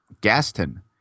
Gaston